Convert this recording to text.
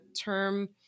term